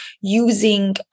using